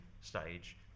stage